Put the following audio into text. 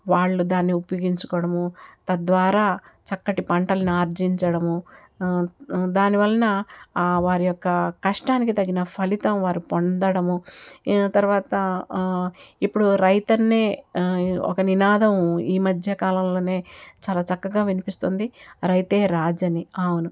వాళ్ళు దాన్ని ఉపయోగించుకోవడం తద్వారా చక్కటి పంటలను ఆర్జించడము దాని వలన వారి యొక్క కష్టానికి తగిన ఫలితం వారు పొందడము తరువాత ఇప్పుడు రైతన్నే ఒక నినాదం ఈమధ్య కాలంలోనే చాలా చక్కగా వినిపిస్తుంది రైతే రాజు అని అవును